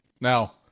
Now